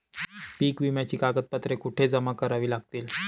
पीक विम्याची कागदपत्रे कुठे जमा करावी लागतील?